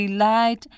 light